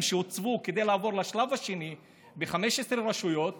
שהוצבו כדי לעבור לשלב השני ב-15 רשויות